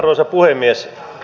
arvoisa puhemies